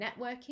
networking